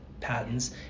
patents